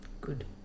Good